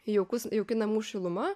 jaukus jauki namų šiluma